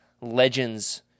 Legends